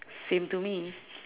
same to me